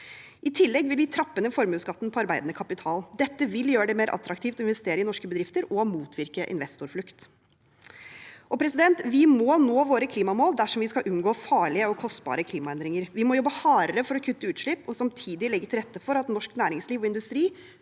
I tillegg vil vi trappe ned formuesskatten på arbeidende kapital. Dette vil gjøre det mer attraktivt å investere i norske bedrifter og motvirke investorflukt. Vi må nå våre klimamål dersom vi skal unngå farlige og kostbare klimaendringer. Vi må jobbe hardere for å kutte utslipp og samtidig legge til rette for at norsk næringsliv og industri